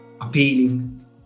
appealing